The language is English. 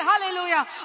Hallelujah